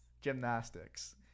Gymnastics